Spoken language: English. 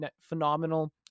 phenomenal